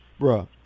Bruh